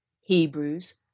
Hebrews